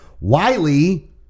Wiley